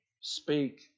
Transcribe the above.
speak